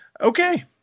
Okay